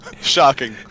Shocking